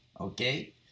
okay